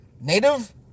Native